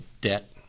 debt